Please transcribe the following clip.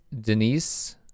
Denise